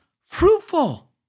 fruitful